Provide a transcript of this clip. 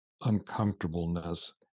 uncomfortableness